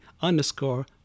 underscore